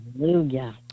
Hallelujah